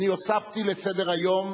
אני הוספתי לסדר-היום,